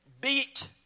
beat